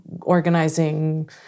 organizing